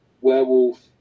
Werewolf